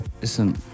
listen